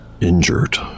injured